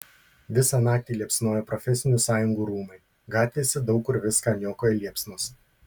visą naktį liepsnojo profesinių sąjungų rūmai gatvėse daug kur viską niokoja liepsnos